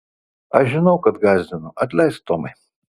aš žinau kad gąsdinu atleisk tomai